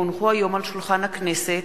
כי הונחו היום על שולחן הכנסת,